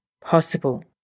possible